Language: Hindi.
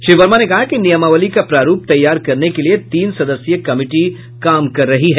श्री वर्मा ने कहा कि नियमावली का प्रारूप तैयार करने के लिये तीन सदस्यीय कमिटी काम कर रही है